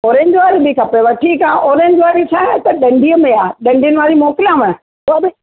orange वारी बि खपेव ठीकु आहे ऑरेंज वारी छा त डंडीअ में आहे डंडियुनि वारी मोकिलियाव उहा बि